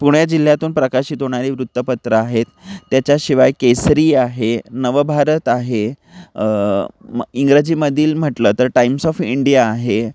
पुणे जिल्ह्यातून प्रकाशित होणारी वृत्तपत्र आहेत त्याच्याशिवाय केसरी आहे नवभारत आहे म इंग्रजीमधील म्हटलं तर टाईम्स ऑफ इंडिया आहे